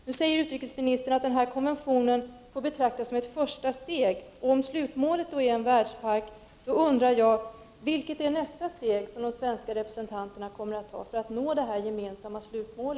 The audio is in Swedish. Nu säger utrikesministern att denna konvention får betraktas som ett första steg, och om slutmålet då är en världspark undrar jag: Vilket är nästa steg som de svenska representanterna kommer att ta för att nå detta gemensamma slutmål?